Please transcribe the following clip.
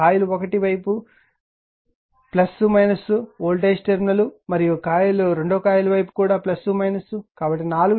coil 1 వైపు voltage terminal మరియు coil 2 వైపు కూడా కాబట్టి నాలుగు టెర్మినల్స్ ఉంటాయి